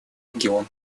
регион